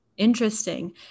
Interesting